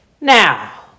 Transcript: Now